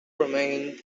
remained